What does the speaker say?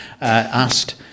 asked